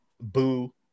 Boo